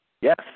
Yes